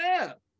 up